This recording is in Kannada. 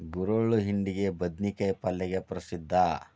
ಗುರೆಳ್ಳು ಹಿಂಡಿಗೆ, ಬದ್ನಿಕಾಯ ಪಲ್ಲೆಗೆ ಪ್ರಸಿದ್ಧ